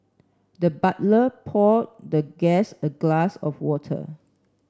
the butler poured the guest a glass of water